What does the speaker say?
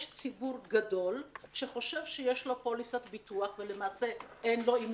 יש ציבור גדול שחושב שיש לו פוליסת ביטוח ולמעשה אין לו.